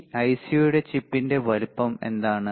ഈ ഐസിയുടെ ചിപ്പിന്റെ വലുപ്പം എന്താണ്